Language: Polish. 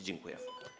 Dziękuję.